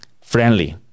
friendly